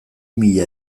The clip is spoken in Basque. mila